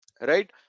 Right